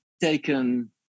taken